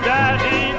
Daddy